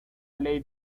ley